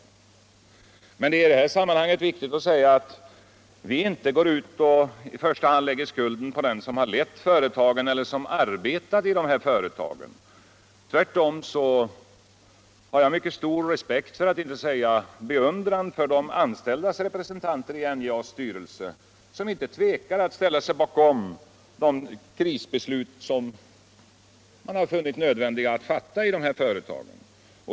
Det är ecmellerud i detta sammanhang viktigt all säga att vi inte i första hand läigger skulden på dem som har lett dessa företag eller som arbetar i dem. Tvirtom har jag mycket stor respekt för att inte säga beundran för de anställdas representanter i NJA:s styrelse, som inte tvekar att ställa sig bakom de krisbeslut som man har funnit det nödvändigt att fatta i detta företag.